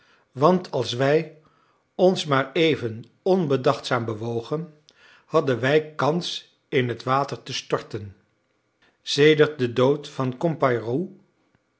want als wij ons maar even onbedachtzaam bewogen hadden wij kans in het water te storten sedert den dood van